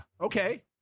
okay